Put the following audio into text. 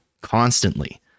constantly